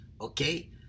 Okay